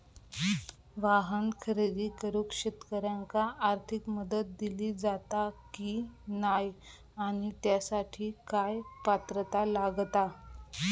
वाहन खरेदी करूक शेतकऱ्यांका आर्थिक मदत दिली जाता की नाय आणि त्यासाठी काय पात्रता लागता?